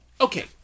okay